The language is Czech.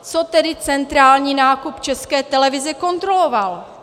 Co tedy centrální nákup České televize kontroloval?